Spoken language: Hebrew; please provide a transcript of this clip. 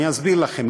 אני אסביר לכם.